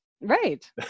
Right